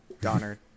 Donner